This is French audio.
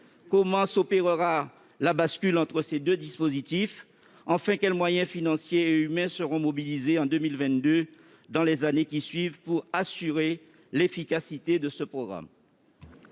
Comment s'opérera la bascule entre ces deux dispositifs ? Enfin, quels moyens financiers et humains seront mobilisés en 2022, et dans les années qui suivent, pour assurer l'efficacité de ce programme ?